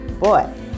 Boy